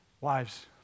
Wives